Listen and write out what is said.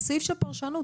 זה סעיף של פרשנות,